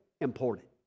important